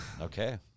Okay